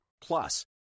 Plus